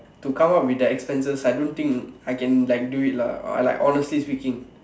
to come up with the expenses I don't think I can like do it lah I like honestly speaking